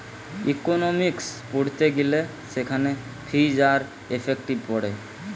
economics পড়তে গিলে সেখানে ফিজ আর ইফেক্টিভ পড়ে